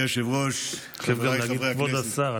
כיף להגיד "כבוד השר".